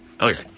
Okay